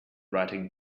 writing